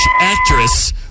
actress